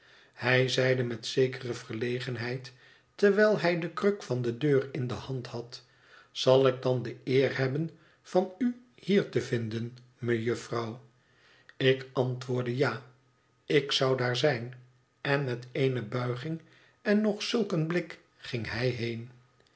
hij zeide met zekere verlegenheid terwijl hij den kruk van de deur in de hand had zal ik dan de eer hebben van u hier te vinden mejufvrouw ik antwoordde ja ik zou daar zijn en met eene buiging en nog zulk een blik ging hij heen